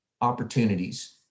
opportunities